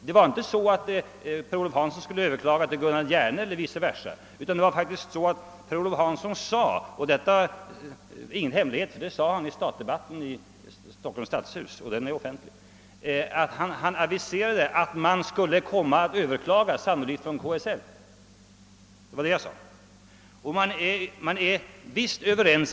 Det var ju inte så att Per-Olof Hanson skulle överklaga till Gunnar Hjerne eller vice versa, utan Per-Olof Hanson aviserade i statdebatten i Stockholms stadshus — och den är ju offentlig — att KSL sannolikt skulle komma att överklaga. Det var vad jag sade.